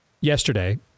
yesterday